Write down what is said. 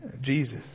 jesus